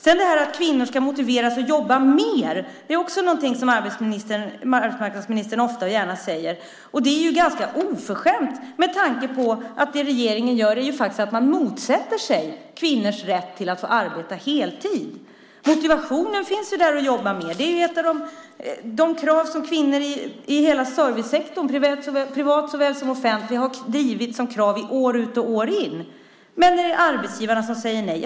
Detta att kvinnor ska motiveras att jobba mer är också någonting som arbetsmarknadsministern ofta och gärna säger. Det är ganska oförskämt, med tanke på att det regeringen gör är att motsätta sig kvinnors rätt att få arbeta heltid. Motivationen att jobba mer finns där - det är ett av de krav som kvinnor i hela servicesektorn, privat såväl som offentlig, har drivit år ut och år in. Men arbetsgivarna säger nej.